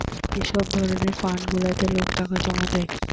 যে সব ধরণের ফান্ড গুলাতে লোক টাকা জমা করে